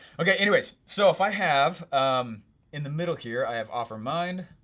okay anyways, so if i have in the middle here, i have offermind.